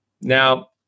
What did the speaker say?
Now